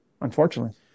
unfortunately